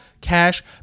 cash